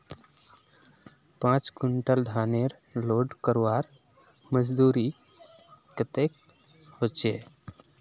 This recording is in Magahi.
पाँच कुंटल धानेर लोड करवार मजदूरी कतेक होचए?